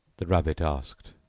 the rabbit asked.